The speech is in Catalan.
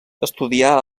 estudià